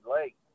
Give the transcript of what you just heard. lake